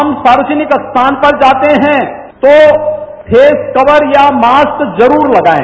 हम सावजनिक स्थान पर जाते हैं तो फोस कवर या मास्क जरूर लगाये